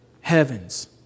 heavens